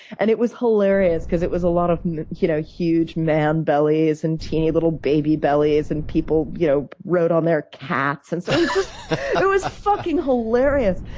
and it was hilarious because it was a lot of you know huge man bellies and teeny little baby bellies, and people you know wrote on their cats. and so it was just it was fucking hilarious.